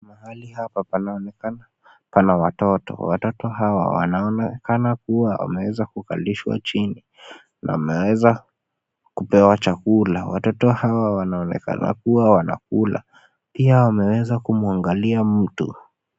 Mahali hapa panaonekana, pana watoto. Watoto hawa wanaonekana kuwa wameweza kukalishwa chini, na wameweza, kupewa chakula. Watoto hawa wanaonekana kuwa wanakula, pia wameweza kumwangalia mtu.